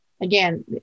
again